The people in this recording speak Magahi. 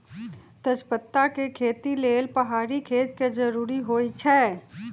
तजपत्ता के खेती लेल पहाड़ी खेत के जरूरी होइ छै